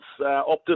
Optus